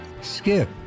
Skip